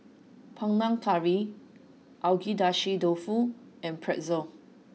Panang Curry Agedashi dofu and Pretzel